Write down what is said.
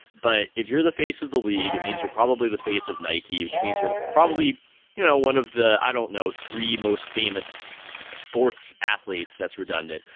but if you're the face of the league, it means you're probably the face of nike, which means you're probably you know one of the, i don't know, three most famous sports athletes that's redundant.